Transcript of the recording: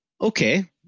Okay